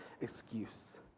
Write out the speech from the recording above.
excuse